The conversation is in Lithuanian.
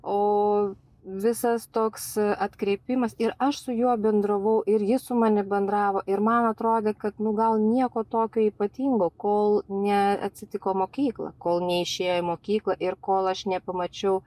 o visas toks atkreipimas ir aš su juo bendravau ir jis su manim bendravo ir man atrodė kad nu gal nieko tokio ypatingo kol neatsitiko mokykla kol neišėjo į mokyklą ir kol aš nepamačiau